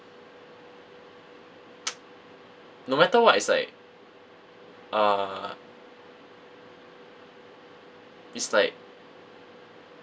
no matter what is like uh is like